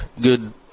good